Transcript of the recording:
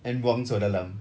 and buang seluar dalam